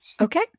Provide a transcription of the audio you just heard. Okay